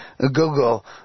Google